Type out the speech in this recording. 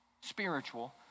spiritual